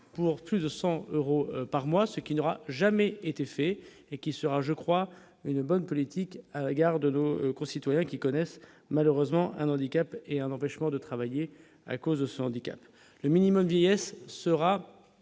pour plus de 100 euros par mois, ce qui n'aura jamais été fait et qui sera je crois une bonne politique, à la gare de nos concitoyens qui connaissent malheureusement un handicap et un empêchement de travailler à cause de son handicap, le minimum vieillesse sera